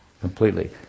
completely